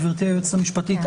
גברתי היועצת המשפטית,